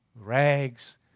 Rags